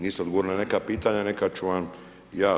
Niste odgovorili na neka pitanja, na neka ću vam ja.